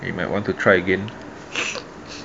we might want to try again